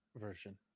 version